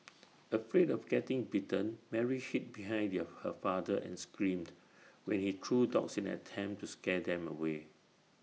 afraid of getting bitten Mary hid behind the A her her father and screamed when he threw rocks in attempt to scare them away